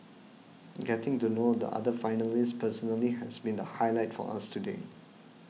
getting to know the other finalists personally has been the highlight for us today